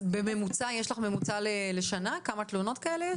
יש לך ממוצע לשנה, כמה תלונות כאלה יש?